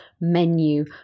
menu